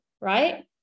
right